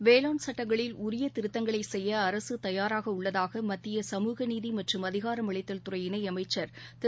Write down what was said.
வேளாண் சட்டங்களில் உரிய திருத்தங்களை செய்ய அரசு தயாராக உள்ளதாக மத்திய சமூக நீதி மற்றும் அதிகாரமளித்தலை துறை இணையமைச்சர் திரு